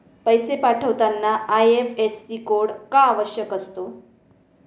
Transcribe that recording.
पैसे पाठवताना IFSC code का आवश्यक असतो?